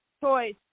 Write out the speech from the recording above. choice